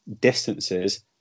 distances